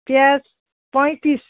प्याज पैँतिस